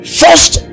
first